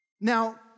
Now